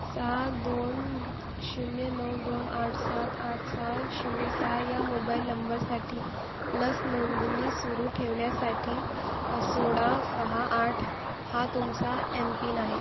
सहा दोन शून्य नऊ दोन आठ सात आठ सहा शून्य सहा या मोबाईल नंबरसाठी लस नोंदणी सुरू ठेवण्यासाठी सोळा सहा आठ हा तुमचा एमपिन आहे